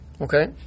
Okay